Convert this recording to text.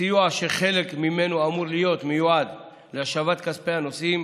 סיוע שחלק ממנו אמור להיות מיועד להשבת כספי הנוסעים,